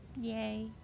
Yay